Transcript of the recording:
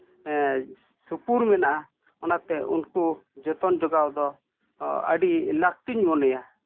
ᱥᱩᱯᱩᱨ ᱢᱮᱱᱟᱜᱼᱟ ᱚᱱᱟᱛᱮ ᱩᱱᱠᱩ ᱡᱚᱛᱚᱱ ᱡᱚᱜᱟᱣ ᱫᱚ ᱟᱹᱰᱤ ᱞᱟᱹᱠᱛᱤᱧ ᱢᱚᱱᱮᱭᱟ